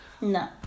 No